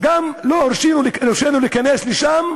גם לא הורשו להיכנס לשם.